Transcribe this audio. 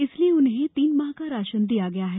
इसलिए उन्हें तीन माह का राशन दिया गया है